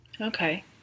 Okay